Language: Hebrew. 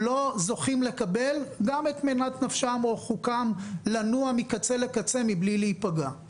לא זוכים לקבל גם את מנת נפשם או חוקם לנוע מקצה לקצה מבלי להיפגע.